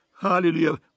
Hallelujah